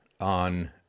on